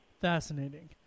Fascinating